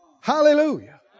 Hallelujah